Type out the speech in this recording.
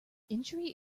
injury